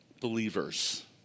believers